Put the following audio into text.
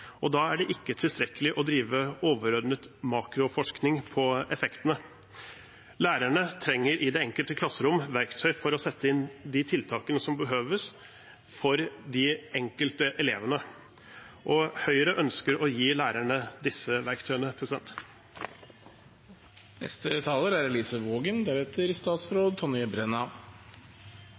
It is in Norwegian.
og da er det ikke tilstrekkelig å drive overordnet makroforskning på effektene. Lærerne trenger – i det enkelte klasserom – verktøy for å sette inn de tiltakene som behøves for de enkelte elevene, og Høyre ønsker å gi lærerne disse verktøyene. Det løftes opp ulike tiltak som er